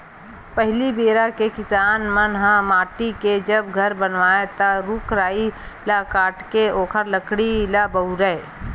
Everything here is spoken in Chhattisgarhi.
पहिली बेरा के किसान मन ह माटी के जब घर बनावय ता रूख राई ल काटके ओखर लकड़ी ल बउरय